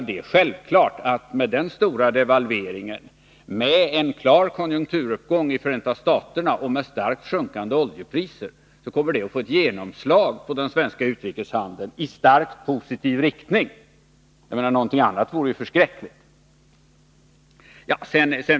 Det är självklart att den stora devalveringen, en klar konjunkturuppgång i Förenta staterna och starkt sjunkande oljepriser kommer att få ett genomslag på den svenska utrikeshandeln i starkt positiv riktning. Någonting annat vore ju förskräckligt.